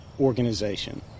organization